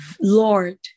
Lord